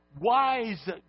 wise